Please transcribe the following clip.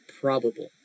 probable